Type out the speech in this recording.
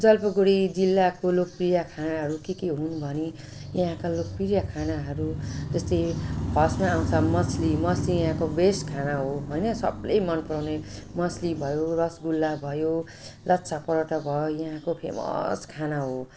जलपाइगुडी जिल्लाको लोकप्रिय खानाहरू के के हुन् भनी यहाँको लोकप्रिय खानाहरू जस्तै फर्स्टमा आउँछ मछली मछली यहाँको बेस्ट खाना हो हैन सबले मन पराउने मछली भयो रसगुल्ला भयो लच्छा पराठा भयो यहाँको फेमस खाना हो